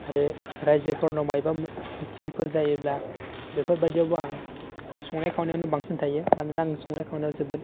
आरो रायजोफ्राव मायबा मिटिंफोर जायोब्ला बेफोर बायदियावबो आं संनाय खावनायावनो बांसिन थायो मानोना आं संनाय खावनायाव जोबोद